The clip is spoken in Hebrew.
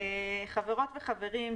חברות וחברים,